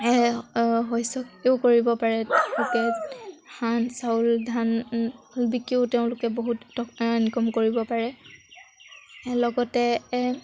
শস্য খেতিও কৰিব পাৰে তেওঁলোকে ধান চাউল ধান বিকিও তেওঁলোকে বহুত টকা ইনকম কৰিব পাৰে লগতে